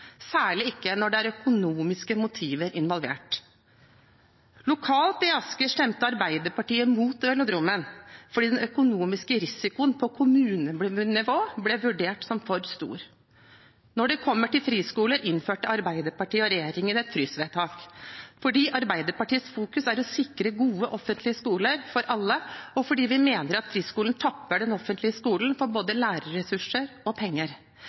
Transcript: særlig ikke når det er økonomiske motiver involvert. Lokalt i Asker stemte Arbeiderpartiet mot velodromen, fordi den økonomiske risikoen på kommunenivå ble vurdert som for stor. Når det gjelder friskoler, innførte Arbeiderpartiet og regjeringen et frysvedtak, fordi Arbeiderpartiets fokus er å sikre gode offentlige skoler for alle, og fordi vi mener at friskolen tapper den offentlige skolen for både lærerressurser og penger,